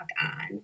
on